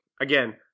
again